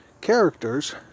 characters